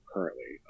currently